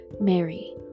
Mary